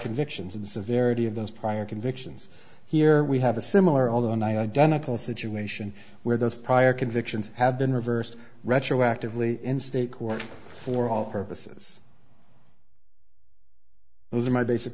convictions and the severity of those prior convictions here we have a similar although an identical situation where those prior convictions have been reversed retroactively in state court for all purposes those are my basic